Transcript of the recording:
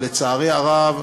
לצערי הרב,